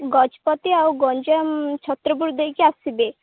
ଗଜପତି ଆଉ ଗଞ୍ଜାମ ଛତ୍ରପୁର ଦେଇକି ଆସିବେ